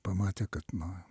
pamatė kad na